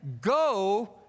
go